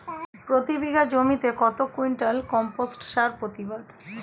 প্রতি বিঘা জমিতে কত কুইন্টাল কম্পোস্ট সার প্রতিবাদ?